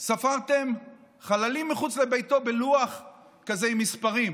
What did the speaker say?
ספרתם חללים מחוץ לביתו בלוח כזה עם מספרים.